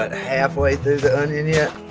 but halfway through the onion yet?